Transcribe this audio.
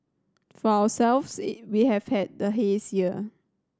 for ourselves we have had the haze year